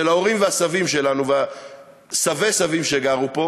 של ההורים והסבים שלנו וסבי-הסבים שגרו פה,